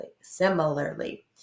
similarly